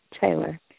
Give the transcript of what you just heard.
Taylor